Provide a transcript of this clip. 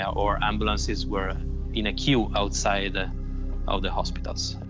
or ambulances were in a queue outside ah of the hospitals.